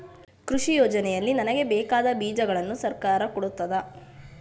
ಕೃಷಿ ಯೋಜನೆಯಲ್ಲಿ ನನಗೆ ಬೇಕಾದ ಬೀಜಗಳನ್ನು ಸರಕಾರ ಕೊಡುತ್ತದಾ?